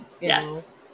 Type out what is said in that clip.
yes